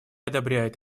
одобряет